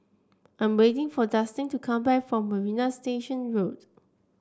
I'm waiting for Dustin to come back from Marina Station Road